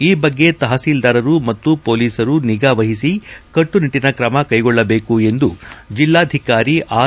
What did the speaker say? ಈ ಬಗ್ಗೆ ತಪತೀಲ್ದಾರರು ಮತ್ತು ಪೊಲೀಸರು ನಿಗಾವಹಿಸಿ ಕಟ್ನುನಿಟ್ಟನ ಕ್ರಮಕ್ಕೆಗೊಳ್ಳಬೇಕು ಎಂದು ಜೆಲ್ಲಾಧಿಕಾರಿ ಆರ್